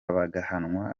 bagahanwa